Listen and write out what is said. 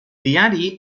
diari